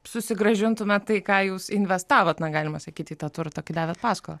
susigrąžintumėt tai ką jūs investavot na galima sakyti į tą turtą kai davėt paskolą